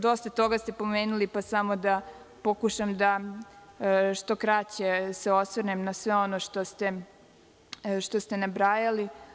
Dosta toga ste pomenuli, pa samo da pokušam da što kraće se osvrnem na sve ono što ste nabrajali.